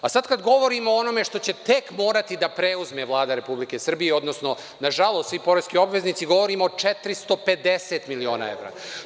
Sad kad govorimo o onome što će tek morati da preuzme Vlada RS, odnosno, na žalost, svi poreski obveznici, govorimo o 450 miliona evra.